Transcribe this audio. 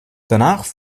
danach